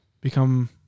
become